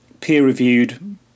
peer-reviewed